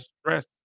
stress